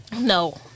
No